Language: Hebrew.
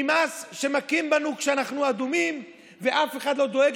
נמאס שמכים בנו כשאנחנו אדומים ואף אחד לא דואג